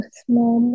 small